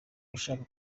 ushaka